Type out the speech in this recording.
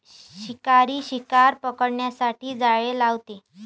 शिकारी शिकार पकडण्यासाठी जाळे लावतो